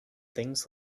things